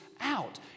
out